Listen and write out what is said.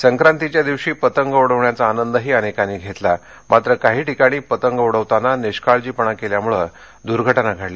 संक्रांतीच्या दिवशी पतंग उडवण्याचा आनंदही अनेकांनी घेतला मात्र काही ठिकाणी पतंग उडवताना निष्काळजीपणा केल्यामुळे दूर्घटना घडल्या